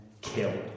killed